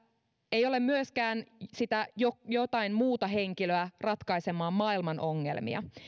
ei ole myöskään sitä jotain muuta henkilöä ratkaisemaan maailman ongelmia